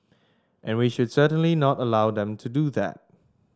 and we should certainly not allow them to do that